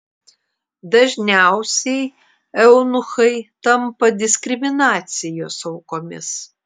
dažniausiai eunuchai tampa diskriminacijos aukomis